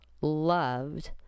loved